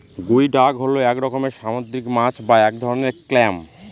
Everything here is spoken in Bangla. গুই ডাক হল এক রকমের সামুদ্রিক মাছ বা এক ধরনের ক্ল্যাম